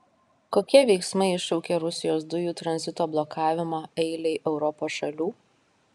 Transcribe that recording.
kokie veiksmai iššaukė rusijos dujų tranzito blokavimą eilei europos šalių